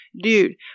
dude